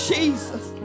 Jesus